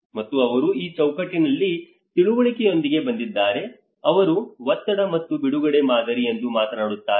ಮತ್ತು ಅವರು ಈ ಚೌಕಟ್ಟಿನ ತಿಳುವಳಿಕೆಯೊಂದಿಗೆ ಬಂದಿದ್ದಾರೆ ಅವರು ಒತ್ತಡ ಮತ್ತು ಬಿಡುಗಡೆ ಮಾದರಿ ಎಂದು ಮಾತನಾಡುತ್ತಾರೆ